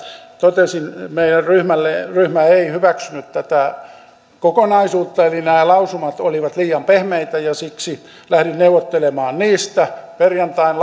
totesin niistä meidän ryhmällemme ryhmä ei hyväksynyt tätä kokonaisuutta eli nämä lausumat olivat liian pehmeitä ja siksi lähdin neuvottelemaan niistä perjantain